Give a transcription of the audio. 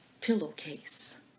pillowcase